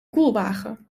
koelwagen